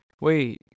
wait